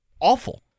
awful